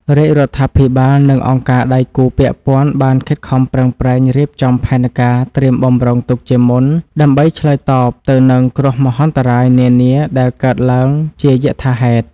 រាជរដ្ឋាភិបាលនិងអង្គការដៃគូពាក់ព័ន្ធបានខិតខំប្រឹងប្រែងរៀបចំផែនការត្រៀមបម្រុងទុកជាមុន ដើម្បីឆ្លើយតបទៅនឹងគ្រោះមហន្តរាយនានាដែលកើតឡើងជាយថាហេតុ។